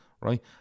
right